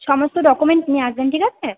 সমস্ত ডকুমেন্ট নিয়ে আসবেন ঠিক আছে